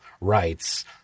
rights